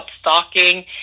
stalking